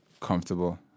comfortable